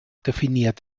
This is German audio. definiert